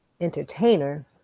entertainer